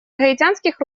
гаитянских